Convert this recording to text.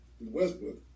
Westbrook